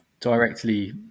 directly